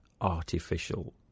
artificial